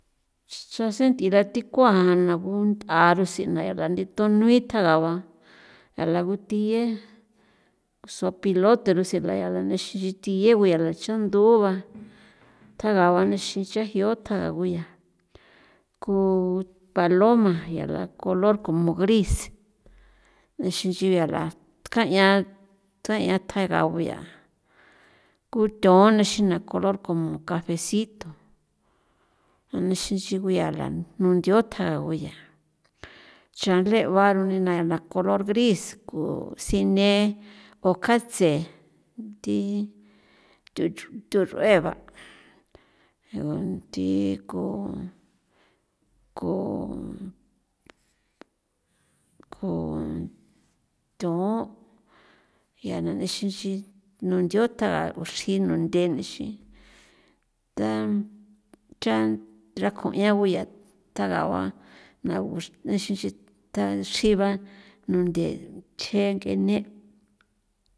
Chasen nt'ira thikuan ja na bon t'aro sin narandito nui jitjagua a la guthiye zopilote gusira gua ya la nixin thie ba guya la cha ndu ba tjaga ba nixin chajion tjaga ba gu ya ku paloma ya la color como gris nixin nchi ya la ka'ian ka'ian tjaga guya kuth'on nixin na color como cafecito nixin guyaa la nunthiꞌo tjago yaa chalegua ni na ya color gris go sine o kjatse thi thu thuchrue ba nthi ko ko konthon ya na nexin nchi nundio taga uxin nunthe nixin tan cha raku'ian guya tagaba nagos nixinxin tjanxin ba nunthe chje ng'ene'.